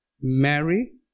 Mary